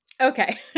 Okay